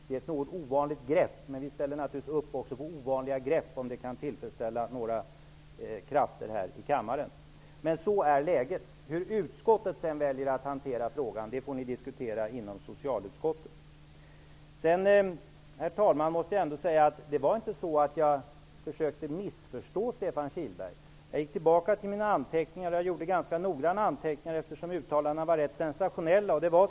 Det är ett något ovanligt grepp, men vi ställer naturligtvis upp också på ovanliga grepp om det kan tillfredsställa några krafter här i kammaren. Så är läget. Hur utskottet sedan väljer att hantera frågan får ni diskutera inom socialutskottet. Det var inte så, herr talman, att jag försökte missförstå Stefan Kihlberg. Jag gick tillbaka till mina anteckningar. Jag gjorde ganska noggranna anteckningar, eftersom uttalandena var rätt sensationella.